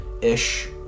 ish